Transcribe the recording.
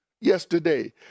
yesterday